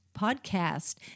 podcast